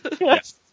Yes